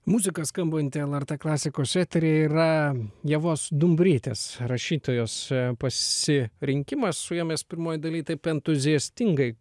muzika skambanti lrt klasikos eteryje yra ievos dumbrytės rašytojos pasirinkimas su ja mes pirmoj daly taip entuziastingai